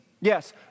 Yes